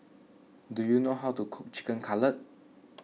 do you know how to cook Chicken Cutlet